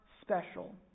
special